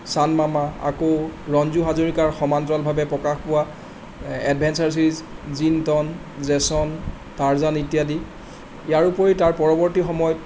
চান্দ মামা আকৌ ৰঞ্জু হাজৰিকাৰ সমান্তৰালভাৱে প্ৰকাশ পোৱা এডভেঞ্চাৰ চিৰিজ জিনটন জেচন টাৰ্জান ইত্যাদি ইয়াৰোপৰি তাৰ পৰৱৰ্তী সময়ত